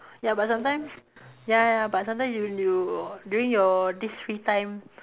ya but sometimes ya ya ya but sometimes when you during your this free time